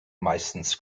meistens